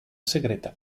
segreta